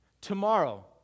tomorrow